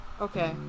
Okay